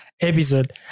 episode